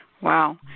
Wow